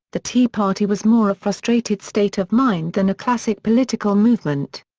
the tea party was more a frustrated state of mind than a classic political movement.